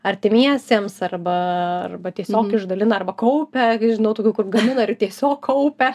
artimiesiems arba arba tiesiog išdalina arba kaupia žinau tokių kur gamina ir tiesiog kaupia